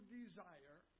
desire